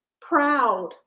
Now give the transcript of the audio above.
proud